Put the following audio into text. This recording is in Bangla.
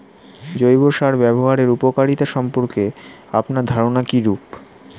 জৈব সার ব্যাবহারের উপকারিতা সম্পর্কে আপনার ধারনা কীরূপ?